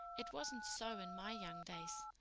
it wasn't so in my young days.